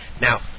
Now